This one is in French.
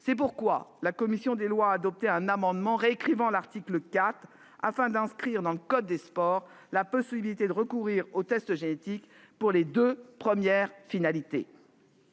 C'est pourquoi la commission des lois a adopté un amendement tendant à réécrire l'article 4 de manière à inscrire dans le code du sport la possibilité de recourir aux tests génétiques pour les deux premières finalités